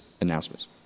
announcements